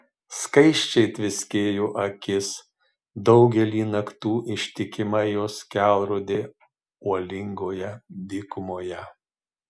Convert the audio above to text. skaisčiai tviskėjo akis daugelį naktų ištikima jos kelrodė uolingoje dykumoje